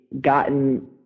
gotten